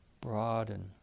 broaden